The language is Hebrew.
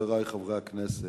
חברי חברי הכנסת,